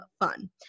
fun